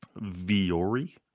Viore